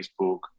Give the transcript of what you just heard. Facebook